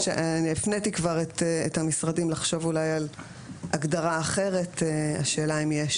הפניתי את המשרדים לחשוב אולי על הגדרה אחרת והשאלה אם יש